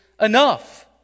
enough